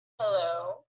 Hello